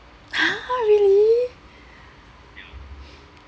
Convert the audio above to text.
ha really